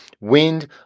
wind